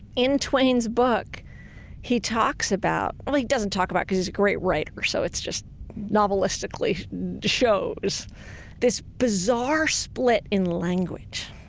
in twain's book he talks about, well he doesn't talk about because he's a great writer so it's just novelistically shows this bizarre split in language.